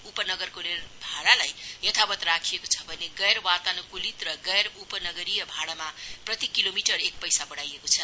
उपनगरको rail भाडालाई यथावत राखिएको छ भने गैर वातान्क्ल र गैर उपनगरीय भाडामा प्रति किलोमिटर एक पैसा बढाइको छ